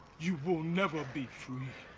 you will never be free.